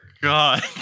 God